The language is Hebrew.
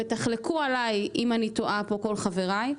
ותחלקו עליי אם אני טועה פה כל חבריי,